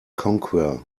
conquer